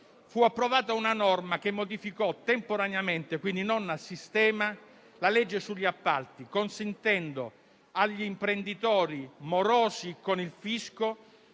fu approvata una norma che modificò temporaneamente, quindi non a sistema, la legge sugli appalti, consentendo agli imprenditori morosi con il fisco